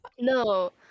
No